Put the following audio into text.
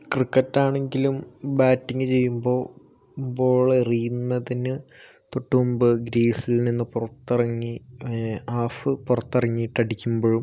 cricket ആണെങ്കിലും batting ചെയ്യുമ്പോൾ ball എറിയുന്നതിനു തൊട്ടു മുൻപ് ക്രീസിൽ നിന്നു പുറത്തിറങ്ങി ഹാഫ് പുറത്തു എറങ്ങീട്ടു അടിക്കുമ്പോഴും